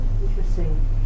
Interesting